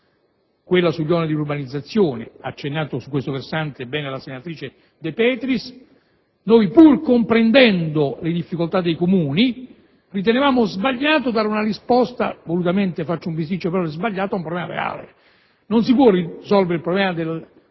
quella sugli oneri di urbanizzazione (ha bene accennato su questo versante la senatrice De Petris). Pur comprendendo le difficoltà dei Comuni, ritenevamo sbagliato dare una risposta (volutamente faccio un bisticcio di parole) sbagliata ad un problema reale. Non si può risolvere il problema della